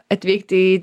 atvykti į